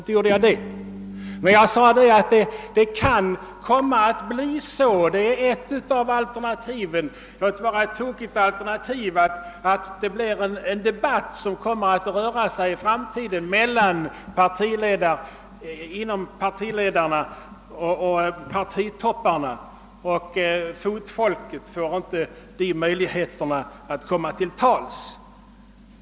Men jag sade att det kan komma att bli så — det är ett av aliernativen, låt vara ett tokigt sådant — att debatten i framtiden kommer att föras mellan partiledarna och partitopparna, medan fotfolket inte får möjligheter att komma till tals.